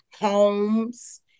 homes